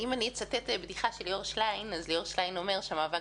אצטט בדיחה של ליאור שטיין שאומר שהמאבק